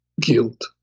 guilt